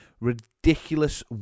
ridiculous